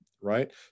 right